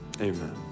Amen